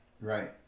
Right